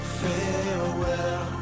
farewell